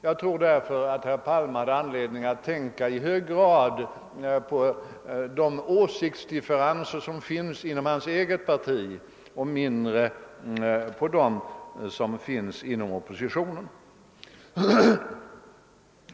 Jag tror därför att herr Palme skulle ha anledning att tänka i högre grad på de åsiktsdifferenser som finns inom hans eget parti och mindre på dem som finns inom oppositionen.